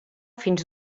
fins